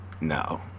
No